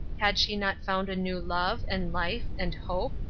had she not found a new love, and life, and hope,